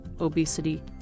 obesity